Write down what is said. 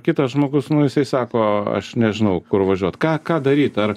kitas žmogus nu jisai sako aš nežinau kur važiuot ką ką daryt ar